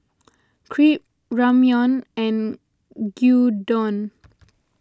Crepe Ramyeon and Gyudon